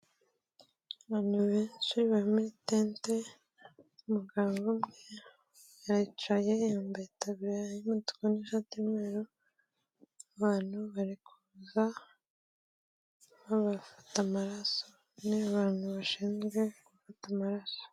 Abantu benshi bari muri tente, umugabo umwe aricye yambaye itaburiya y'umutuku n'ishati y'umweru, abantu bari kuza, babafata amaraso n'abantu bashinzwe gufata amaraso.